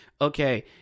Okay